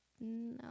No